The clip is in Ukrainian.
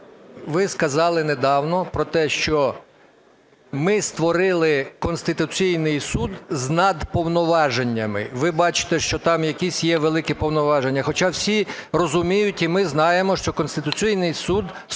ви сказали недавно про те, що ми створили Конституційний Суд з надповноваженнями. Ви бачите, що там якісь є великі повноваження, хоча всі розуміють, і ми знаємо, що Конституційний Суд